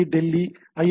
D Delhi I